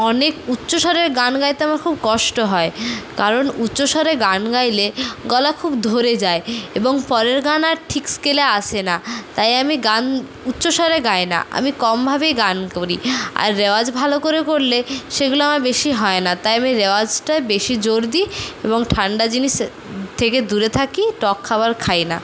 অনেক উচ্চস্বরের গান গাইতে আমার খুব কষ্ট হয় কারণ উচ্চস্বরে গান গাইলে গলা খুব ধরে যায় এবং পরের গান আর ঠিক স্কেলে আসে না তাই আমি গান উচ্চস্বরে গাই না আমি কম ভাবেই গান করি আর রেওয়াজ ভালো করে করলে সেগুলো আমার বেশি হয় না তাই আমি রেওয়াজটায় বেশি জোর দিই এবং ঠান্ডা জিনিসের থেকে দূরে থাকি টক খাবার খাই না